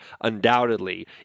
undoubtedly